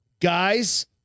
Guys